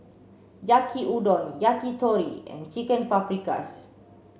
Yaki Udon Yakitori and Chicken Paprikas